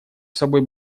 собой